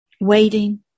waiting